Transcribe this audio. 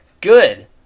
good